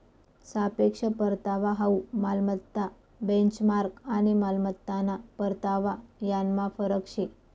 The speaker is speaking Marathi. सापेक्ष परतावा हाउ मालमत्ता बेंचमार्क आणि मालमत्ताना परतावा यानमा फरक शे